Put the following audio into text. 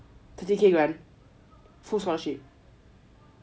thirty K right full scholarship